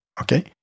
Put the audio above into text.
okay